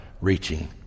reaching